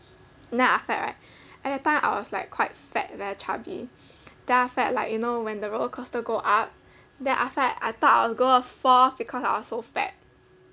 then after that right at that time I was like quite fat very chubby then after that like you know when the roller coaster go up then after that I thought I was gonna fall off because I was so fat